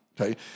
okay